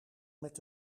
met